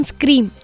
Scream